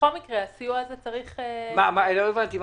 לא הבנתי.